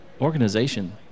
organization